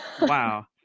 Wow